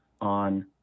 on